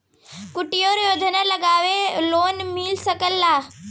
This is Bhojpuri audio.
कुटिर उद्योग लगवेला लोन मिल सकेला?